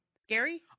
Scary